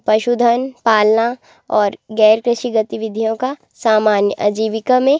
पशुधन पालना और गैर कृषि गतिविधियों का सामान्य अजीविका में